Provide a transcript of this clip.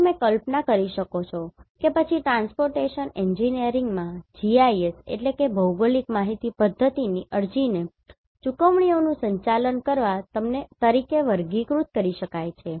અને તમે કલ્પના કરી શકો છો કે પછી ટ્રાન્સપોર્ટેશન એન્જિનિયરિંગમાં GIS ભૌગોલિક માહિતી પધ્ધતિ ની અરજીને ચુકવણીઓનું સંચાલન કરવા તરીકે વર્ગીકૃત કરી શકાય છે